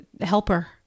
helper